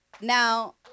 Now